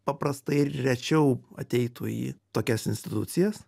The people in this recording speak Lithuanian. paprastai ir rečiau ateitų į tokias institucijas